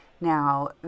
Now